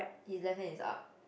his left hand is up